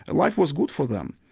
and life was good for them.